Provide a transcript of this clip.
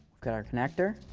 we've got our connector.